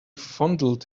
fondled